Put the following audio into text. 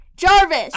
Jarvis